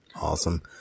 Awesome